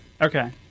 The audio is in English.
Okay